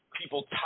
people